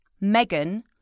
megan